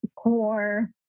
core